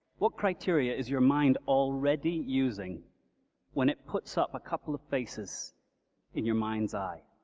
what criteria is your mind already using when it puts up a couple of faces in your mind's eye?